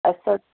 असरु